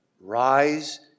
rise